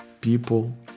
people